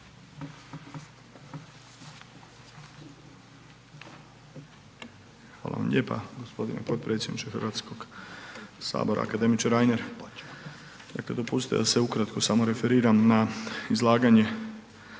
Hvala vam lijepa g. potpredsjedniče HS, akademiče Reiner. Dakle, dopustite da se ukratko samo referiram na izlaganje